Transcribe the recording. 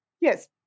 Yes